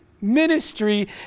ministry